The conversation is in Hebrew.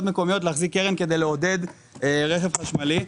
מקומיות להחזיק קרן כדי לעודד רכב חשמלי.